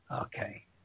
Okay